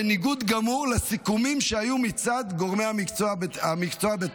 בניגוד גמור לסיכומים שהיו מצד גורמי המקצוע מטעמה.